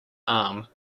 arm